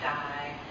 die